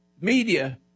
media